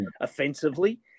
offensively